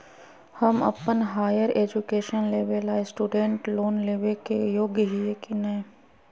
हम अप्पन higher education लेबे ला स्टूडेंट लोन लेबे के योग्य हियै की नय?